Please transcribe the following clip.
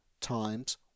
times